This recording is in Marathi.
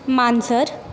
मांजर